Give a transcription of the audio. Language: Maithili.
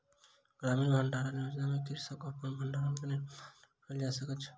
ग्रामीण भण्डारण योजना में कृषक अपन भण्डार घर के निर्माण कय सकैत अछि